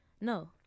No